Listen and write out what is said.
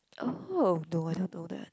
oh no I don't know that